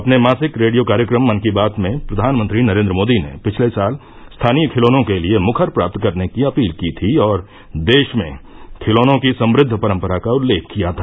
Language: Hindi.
अपने मासिक रेडियो कार्यक्रम मन की बात में प्रधानमंत्री नरेन्द्र मोदी ने पिछले साल स्थानीय खिलौनों के लिए मुखर प्राप्त करने की अपील की थी और देश में खिलौनों की समृद्व परंपरा का उल्लेख किया था